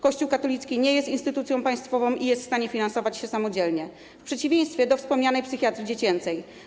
Kościół katolicki nie jest instytucją państwową i jest w stanie finansować się samodzielnie, w przeciwieństwie do wspomnianej psychiatrii dziecięcej.